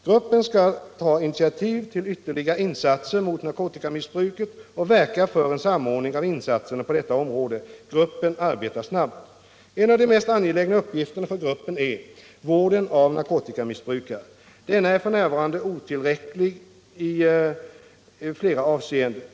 Gruppen skall ta initiativ till ytterligare insatser mot narkotikamissbruket och verka för en samordning av insatserna på detta område. Gruppen arbetar snabbt. En av de mest angelägna uppgifterna för gruppen är vården av narkotikamissbrukare. Denna är f.n. otillräcklig i flera avseenden.